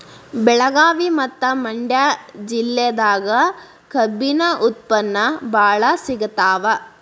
ಬೆಳಗಾವಿ ಮತ್ತ ಮಂಡ್ಯಾ ಜಿಲ್ಲೆದಾಗ ಕಬ್ಬಿನ ಉತ್ಪನ್ನ ಬಾಳ ಸಿಗತಾವ